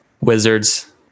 wizards